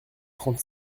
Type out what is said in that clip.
trente